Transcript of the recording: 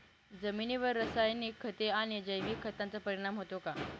जमिनीवर रासायनिक खते आणि जैविक खतांचा परिणाम होतो का?